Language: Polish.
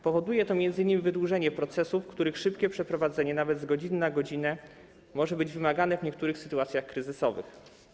Powoduje to m.in. wydłużenie procesów, których szybkie przeprowadzenie, nawet z godziny na godzinę, może być wymagane w niektórych sytuacjach kryzysowych.